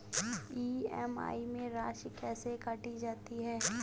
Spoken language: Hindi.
ई.एम.आई में राशि कैसे काटी जाती है?